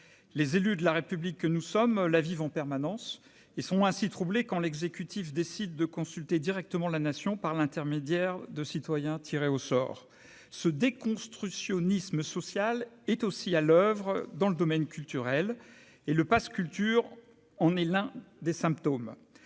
les élus de la République que nous sommes là vivent en permanence et sont ainsi troublé quand l'exécutif décide de consulter directement la nation par l'intermédiaire de citoyens tirés au sort ce déconstruction Nice social est aussi à l'oeuvre dans le domaine culturel et le Pass culture on est l'un des symptômes,